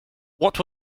what